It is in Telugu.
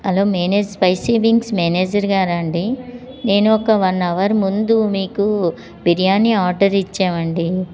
hello manage Spicy Wings manager గారా అండి నేను ఒక వన్ అవర్ ముందు మీకూ బిర్యానీ ఆర్డర్ ఇచ్చాం అండి